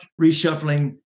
reshuffling